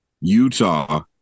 Utah